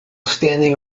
standing